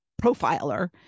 profiler